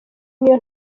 niyo